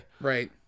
right